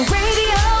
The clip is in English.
radio